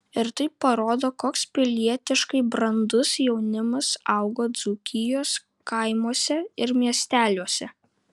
ir tai parodo koks pilietiškai brandus jaunimas augo dzūkijos kaimuose ir miesteliuose